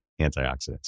antioxidants